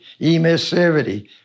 emissivity